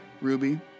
Ruby